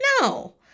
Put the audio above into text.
no